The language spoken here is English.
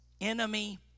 enemy